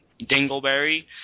dingleberry